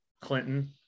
Clinton